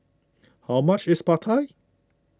how much is Pad Thai